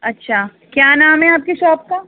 اچھا کیا نام ہے آپ کی شاپ کا